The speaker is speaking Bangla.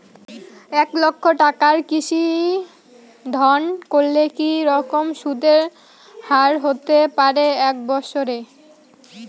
এক লক্ষ টাকার কৃষি ঋণ করলে কি রকম সুদের হারহতে পারে এক বৎসরে?